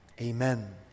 Amen